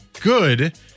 good